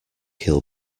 he’ll